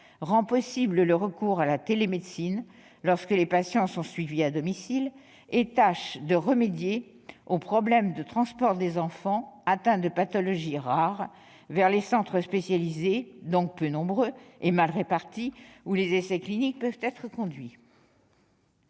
rend possible le recours à la télémédecine lorsque les patients sont suivis à domicile et tâche de remédier au problème du transport des enfants atteints de pathologies rares vers les centres spécialisés, qui sont donc peu nombreux et mal répartis, où les essais cliniques peuvent être conduits.